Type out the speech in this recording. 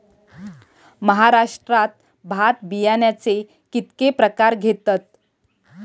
महाराष्ट्रात भात बियाण्याचे कीतके प्रकार घेतत?